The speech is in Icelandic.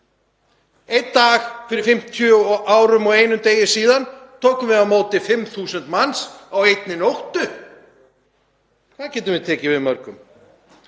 Einn dag fyrir 50 árum og einum degi síðan tókum við á móti 5.000 manns á einni nóttu. Hvað getum við tekið við mörgum?